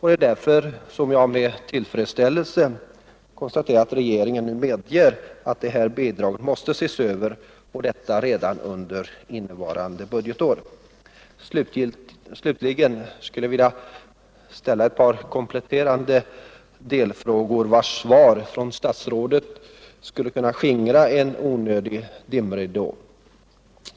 Det är därför som jag med tillfredsställelse konstaterar att regeringen nu medger att de här bidragen måste ses över och detta redan under innevarande budgetår. Slutligen skulle jag vilja ställa ett par kompletterande delfrågor, på vilka ett svar från statsrådet skulle kunna skingra en onödig dimridå.